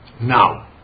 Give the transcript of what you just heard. Now